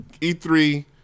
E3